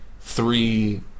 three